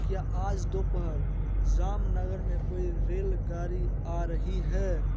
क्या आज दोपहर जामनगर में कोई रेलगाड़ी आ रही है